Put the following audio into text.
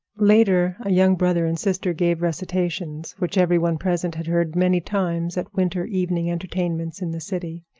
later a young brother and sister gave recitations, which every one present had heard many times at winter evening entertainments in the city.